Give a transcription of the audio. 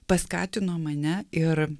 paskatino mane ir